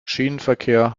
schienenverkehr